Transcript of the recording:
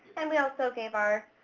and we also gave our